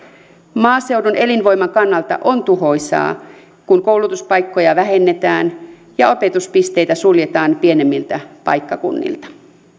maaseudun elinvoiman kannalta on tuhoisaa kun koulutuspaikkoja vähennetään ja opetuspisteitä suljetaan pienemmiltä paikkakunnilta